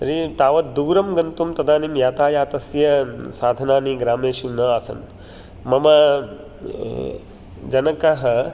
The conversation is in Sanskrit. तर्हि तावत् दूरं गन्तुं तदानीं यतायातस्य साधनानि ग्रामेषु न आसन् मम जनकः